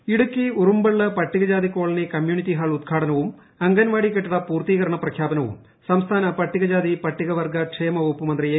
ബാലൻ ഇടുക്കി ഉറുമ്പള്ള് പട്ടിക്ജാതി colony community hall ഉദ്ഘാടനവും അംഗൻവാടി കെട്ടിട പൂർത്തീകരണ പ്രഖ്യാപന വും സംസ്ഥാന പട്ടികജാതി പട്ടിക വർഗ ക്ഷേമ വകുപ്പ് മന്ത്രി എ